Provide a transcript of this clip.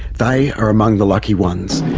they are among the lucky ones.